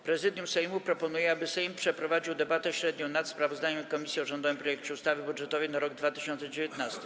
Prezydium Sejmu proponuje, aby Sejm przeprowadził debatę średnią nad sprawozdaniem komisji o rządowym projekcie ustawy budżetowej na rok 2019.